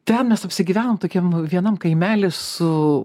ten mes apsigyvenom tokiam vienam kaimelį su